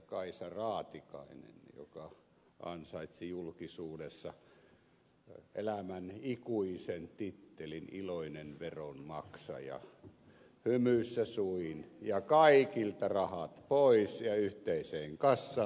kaisa raatikainen joka ansaitsi julkisuudessa elämän ikuisen tittelin iloinen veronmaksaja hymyssä suin ja kaikilta rahat pois ja yhteiseen kassaan